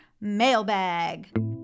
Mailbag